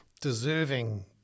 deserving